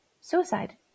suicide